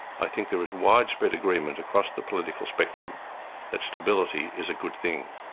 i think there is widespread agreement across the political spectrum that stability is a good thing.